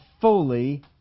fully